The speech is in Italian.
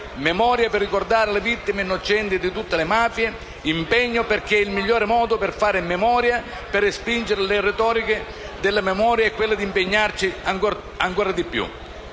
memoria per ricordare le vittime innocenti di tutte le mafie e impegno perché il miglior modo per fare memoria e per respingere le retoriche della memoria è quello di impegnarci ancora di più.